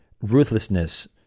ruthlessness